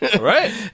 Right